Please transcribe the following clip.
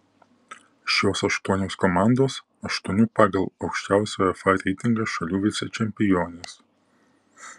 šios aštuonios komandos aštuonių pagal aukščiausią uefa reitingą šalių vicečempionės